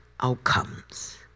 outcomes